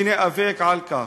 וניאבק על כך.